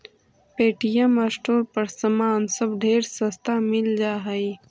Paytm store पर समान सब ढेर सस्ता मिल जा हई